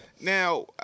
now